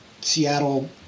Seattle